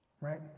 Right